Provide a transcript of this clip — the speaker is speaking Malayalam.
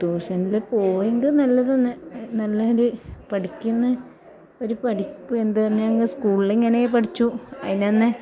ട്യൂഷനിൽ പോയെങ്കിൽ നല്ലത് തന്നെ നല്ലൊരു പഠിക്കുന്നത് ഒരു പഠിപ്പ് എന്ത് തന്നെ ആണെങ്കിലും സ്കൂളിലിങ്ങനെ പഠിച്ചു അതിന് തന്നെ